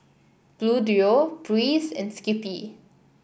Bluedio Breeze and Skippy